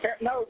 No